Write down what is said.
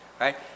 right